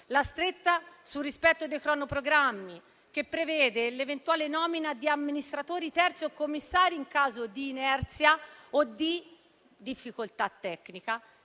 La stretta sul rispetto dei cronoprogrammi prevede l'eventuale nomina di amministratori terzi o commissari in caso di inerzia o di difficoltà tecnica